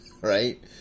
right